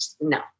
no